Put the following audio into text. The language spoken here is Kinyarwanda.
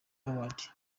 awards